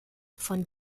von